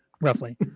roughly